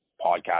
podcast